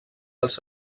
als